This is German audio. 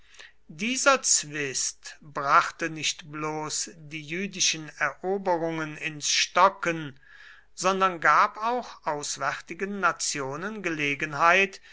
dieser zwist brachte nicht bloß die jüdischen eroberungen ins stocken sondern gab auch auswärtigen nationen gelegenheit